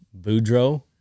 Boudreaux